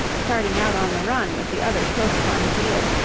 starting out on the run with the others close upon his heels,